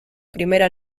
primera